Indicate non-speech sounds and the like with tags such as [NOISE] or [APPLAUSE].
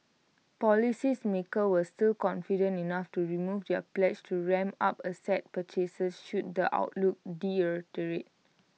policies makers were still confident enough to remove their pledge to ramp up asset purchases should the outlook [UNINTELLIGIBLE]